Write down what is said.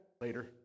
later